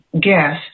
guest